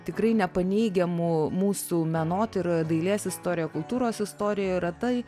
tikrai nepaneigiamų mūsų menotyroj dailės istorijoj kultūros istorijoj yra tai